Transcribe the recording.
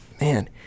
man